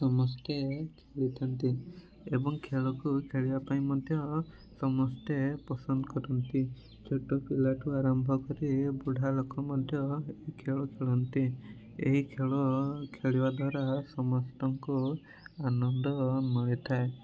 ସମସ୍ତେ ଖେଳିଥାନ୍ତି ଏବଂ ଖେଳକୁ ଖେଳିବା ପାଇଁ ମଧ୍ୟ ସମସ୍ତେ ପସନ୍ଦ କରନ୍ତି ଛୋଟ ପିଲା ଠୁ ଆରମ୍ଭ କରି ବୁଢ଼ା ଲୋକ ମଧ୍ୟ ଏହି ଖେଳ ଖେଳନ୍ତି ଏହି ଖେଳ ଖେଳିବା ଦ୍ଵାରା ସମସ୍ତଙ୍କୁ ଆନନ୍ଦ ମିଳିଥାଏ